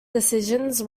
decisions